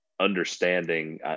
understanding